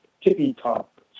tippy-top